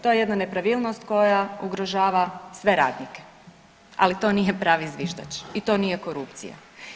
To je jedna nepravilnost koja ugrožava sve radnike, ali to nije pravi zviždač i to nije korupcija.